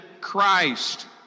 Christ